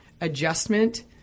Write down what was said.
adjustment